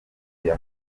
niyo